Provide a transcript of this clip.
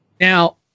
Now